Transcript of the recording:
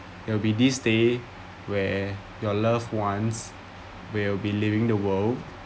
it will be this day where your loved ones will be leaving the world